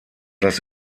das